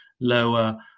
lower